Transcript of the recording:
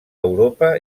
europa